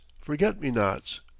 forget-me-nots